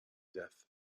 death